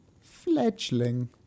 Fledgling